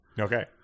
Okay